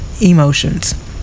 emotions